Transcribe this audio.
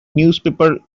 newspaper